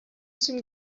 some